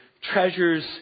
treasures